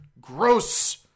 gross